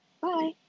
Bye